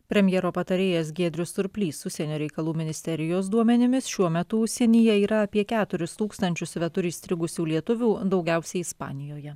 premjero patarėjas giedrius surplys užsienio reikalų ministerijos duomenimis šiuo metu užsienyje yra apie keturis tūkstančius svetur įstrigusių lietuvių daugiausiai ispanijoje